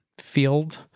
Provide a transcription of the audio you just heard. field